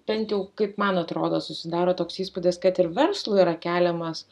bent jau kaip man atrodo susidaro toks įspūdis kad ir verslui yra keliamas